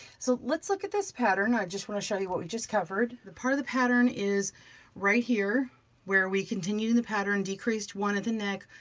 so let's look at this pattern. i just wanna show you what we just covered. the part of the pattern is right here where we continue and the pattern decreased one at the neck,